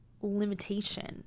limitation